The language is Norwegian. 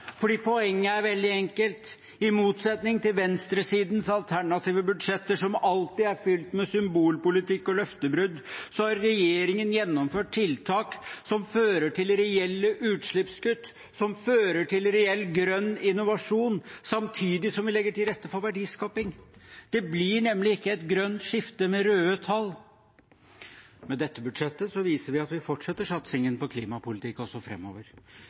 Poenget er veldig enkelt. I motsetning til venstresidens alternative budsjetter som alltid er fylt med symbolpolitikk og løftebrudd, har regjeringen gjennomført tiltak som fører til reelle utslippskutt, som fører til reell grønn innovasjon, samtidig som vi legger til rette for verdiskaping. Det blir nemlig ikke et grønt skifte med røde tall. Med dette budsjettet viser vi at vi fortsetter satsingen på klimapolitikk også